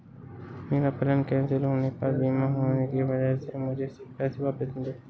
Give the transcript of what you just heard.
मेरा plane cancel होने पर बीमा होने की वजह से मुझे सब पैसे वापस मिले